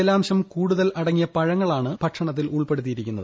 ജലാംശം കൂട്ടൂതല്ഡ അടങ്ങിയ പഴങ്ങളാണ് ഭക്ഷണത്തിൽ ഉൾപ്പെടുത്തിയിരിക്കുന്നത്